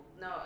No